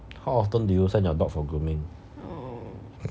um how often do you send your dog for grooming